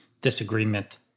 disagreement